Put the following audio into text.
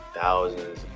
thousands